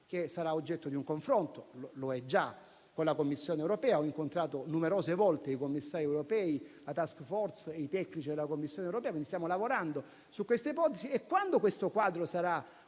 che sarà oggetto di un confronto - e lo è già - con la Commissione europea: ho incontrato numerose volte i commissari europei, la *task force* e i tecnici della Commissione europea, per cui stiamo lavorando su queste ipotesi. E quando questo quadro sarà